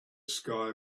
sky